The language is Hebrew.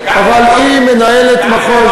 אבל היא מנהלת מחוז,